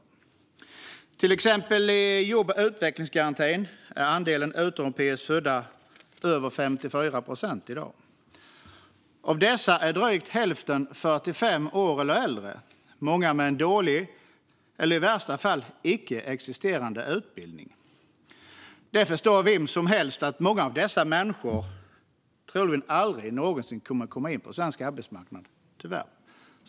I till exempel jobb och utvecklingsgarantin är andelen utomeuropeiskt födda över 54 procent i dag. Av dessa är drygt hälften 45 år eller äldre, många med en dålig eller i värsta fall icke-existerande utbildning. Det förstår vem som helst att många av dessa människor troligen aldrig någonsin kommer in på den svenska arbetsmarknaden, tyvärr.